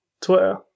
Twitter